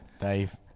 Dave